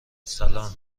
سلام